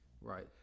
right